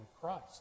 Christ